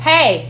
Hey